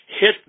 hit